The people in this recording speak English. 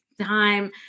time